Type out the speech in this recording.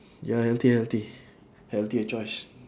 ya healthy healthy healthier choice